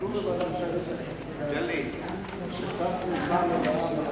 הסיכום בוועדת שרים לחקיקה הוא שתהיה תמיכה מלאה